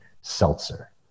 seltzer